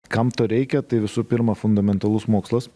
kam to reikia tai visų pirma fundamentalus mokslas